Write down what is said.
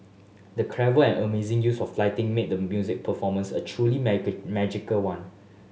the clever and amazing use of lighting made the musical performance a truly magical one